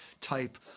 type